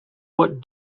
what